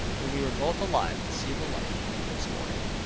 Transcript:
and we were both alive to see the light of the next morning.